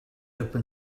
open